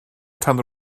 tan